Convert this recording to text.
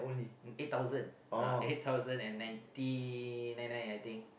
eight thousand and ninety nine nine I think